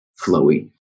flowy